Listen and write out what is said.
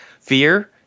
Fear